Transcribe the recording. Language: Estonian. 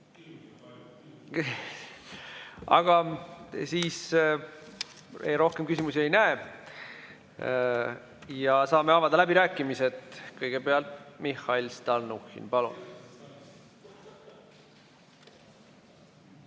vastu. Rohkem küsimusi ei näe. Saame avada läbirääkimised. Kõigepealt Mihhail Stalnuhhin, palun!